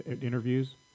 interviews